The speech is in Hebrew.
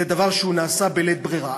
זה דבר שנעשה בלית ברירה.